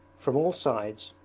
from all sides,